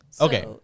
okay